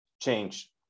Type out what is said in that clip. change